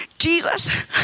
Jesus